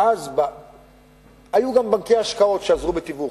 ואז היו גם בנקי השקעות שעזרו בתיווך.